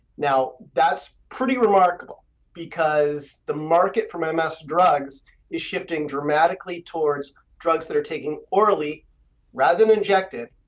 now that's pretty remarkable because the market from ms um ah so drugs is shifting dramatically towards drugs that are taken orally rather than injected,